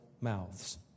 mouths